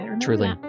truly